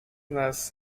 nas